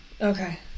Okay